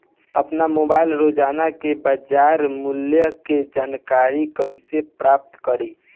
आपन मोबाइल रोजना के बाजार मुल्य के जानकारी कइसे प्राप्त करी?